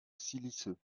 siliceux